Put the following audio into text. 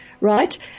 right